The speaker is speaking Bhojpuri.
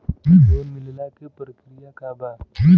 लोन मिलेला के प्रक्रिया का बा?